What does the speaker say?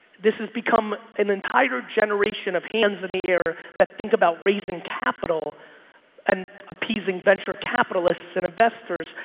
this has become an entire generation of hands in the air that think about raising capital and appeasing venture capitalists and investors,